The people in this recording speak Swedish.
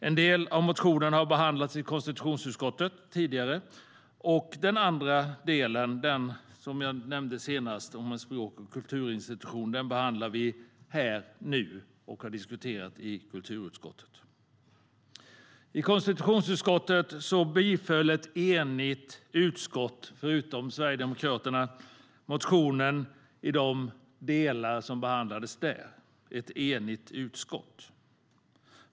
En del av motionen har behandlats i konstitutionsutskottet tidigare. Den andra delen som jag nämnde senast om en språk och kulturinstitution behandlar vi nu här i kammaren och har diskuterat i kulturutskottet. I konstitutionsutskottet biföll ett enigt utskott, förutom Sverigedemokraterna, motionen i de delar som behandlades där.